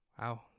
wow